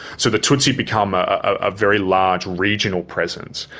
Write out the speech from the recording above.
so the tutsi become a very large regional presence,